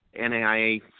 NAIA